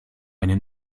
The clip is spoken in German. eine